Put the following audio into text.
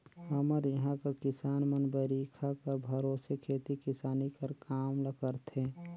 हमर इहां कर किसान मन बरिखा कर भरोसे खेती किसानी कर काम ल करथे